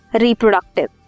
Reproductive